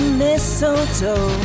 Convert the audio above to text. mistletoe